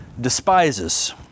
despises